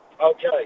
Okay